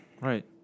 Right